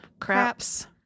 craps